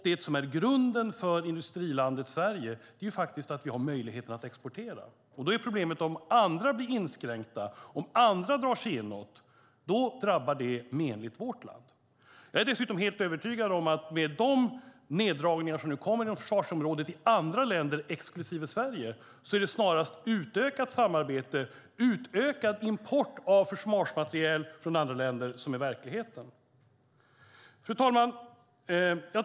Det som är grunden för industrilandet Sverige är faktiskt att vi har möjligheten att exportera. Om andra blir inskränkta och drar sig inåt drabbar det vårt land menligt. Jag är dessutom övertygad om att med de neddragningar på försvarsområdet som nu kommer i andra länder är det snarast utökat samarbete och utökad import av försvarsmateriel från andra länder som är verkligheten. Fru talman!